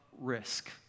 risk